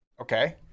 okay